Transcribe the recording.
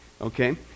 okay